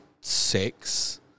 six